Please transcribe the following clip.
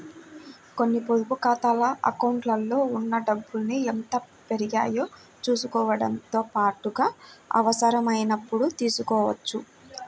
కొన్ని పొదుపు ఖాతాల అకౌంట్లలో ఉన్న డబ్బుల్ని ఎంత పెరిగాయో చూసుకోవడంతో పాటుగా అవసరమైనప్పుడు తీసుకోవచ్చు